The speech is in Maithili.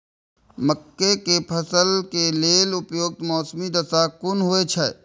मके के फसल के लेल उपयुक्त मौसमी दशा कुन होए छै?